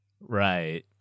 Right